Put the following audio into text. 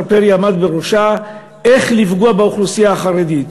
פרי עמד בראשה: איך לפגוע באוכלוסייה החרדית.